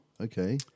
okay